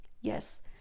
Yes